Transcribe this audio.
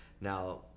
now